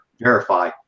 verify